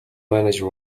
manager